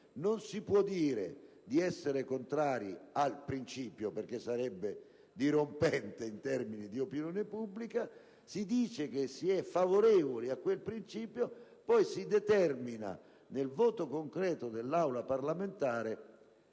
non si può dire di essere contrari al principio, perché sarebbe dirompente in termini di opinione pubblica, quindi si dice di essere favorevoli a quel principio, ma poi nel voto concreto dell'Aula parlamentare